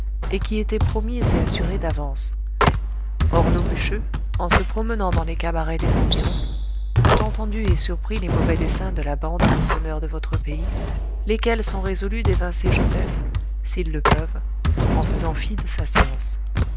et qui était promise et assurée d'avance or nos bûcheux en se promenant dans les cabarets des environs ont entendu et surpris les mauvais desseins de la bande des sonneurs de votre pays lesquels sont résolus d'évincer joseph s'ils le peuvent en faisant fi de sa science